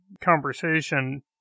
conversation